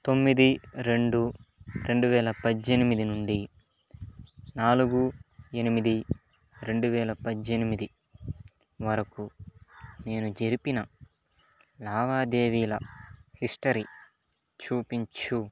తొమ్మిది రెండు రెండువేల పద్దెనిమిది నుండి నాలుగు ఎనిమిది రెండువేల పజ్జెనిమిది వరకు నేను జరిపిన లావాదేవీల హిస్టరీ చూపించు